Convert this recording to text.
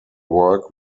work